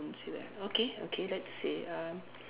say that okay okay let's say uh